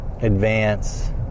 advance